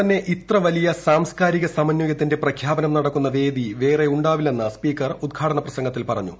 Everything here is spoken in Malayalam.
തന്നെ ഇത്ര വലിയ സാംസ്കാരിക സമന്വയത്തിന്റെ ലോകത്തു പ്രഖ്യാപനം നടക്കുന്ന വേദി വേറെ ഉണ്ടാവില്ലെന്ന് സ്പീക്കർ ഉദ്ഘാടന പ്രസംഗത്തിൽ പറഞ്ഞു